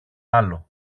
άλλο